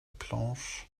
planche